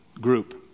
group